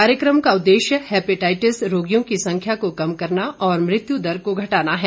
कार्यक्रम का उद्देश्य हेपेटाइटिस रोगियों की संख्या को कम करना और मृत्यु दर को घटाना है